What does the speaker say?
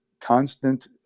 constant